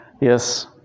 Yes